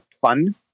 fun